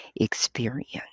experience